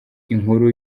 inkuru